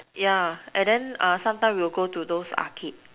yeah and then sometimes we will go to those arcade